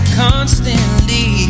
constantly